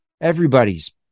Everybody's